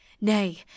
nay